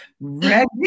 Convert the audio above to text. Ready